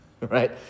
right